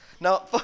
Now